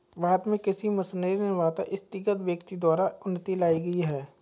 भारत में कृषि मशीनरी निर्माता स्थगित व्यक्ति द्वारा उन्नति लाई गई है